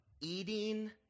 eating